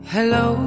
Hello